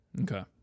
Okay